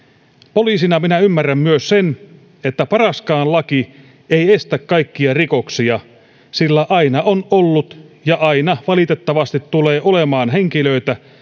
poliisina minä ymmärrän myös sen että paraskaan laki ei estä kaikkia rikoksia sillä aina on ollut ja aina valitettavasti tulee olemaan henkilöitä